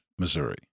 Missouri